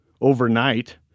overnight